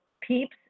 peeps